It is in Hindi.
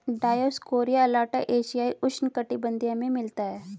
डायोस्कोरिया अलाटा एशियाई उष्णकटिबंधीय में मिलता है